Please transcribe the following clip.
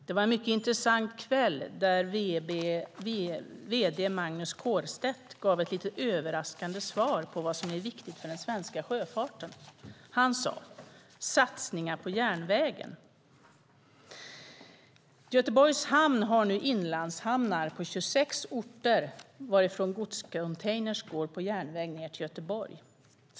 Det var en mycket intressant kväll där vd Magnus Kårestedt gav ett lite överraskande svar om vad som är viktigt för den svenska sjöfarten. Han sade: satsningar på järnvägen. Göteborgs Hamn har nu inlandshamnar på 26 orter varifrån godscontainrar går på järnväg ned till Göteborg.